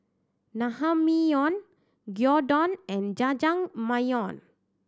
Naengmyeon Gyudon and Jajangmyeon